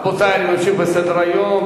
רבותי, אני ממשיך בסדר-היום.